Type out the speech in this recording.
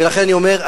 ולכן אני אומר,